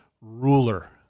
ruler